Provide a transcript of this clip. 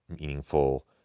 meaningful